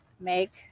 make